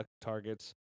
targets